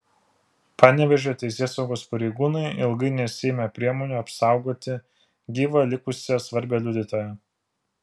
panevėžio teisėsaugos pareigūnai ilgai nesiėmė priemonių apsaugoti gyvą likusią svarbią liudytoją